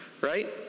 Right